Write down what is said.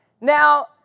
Now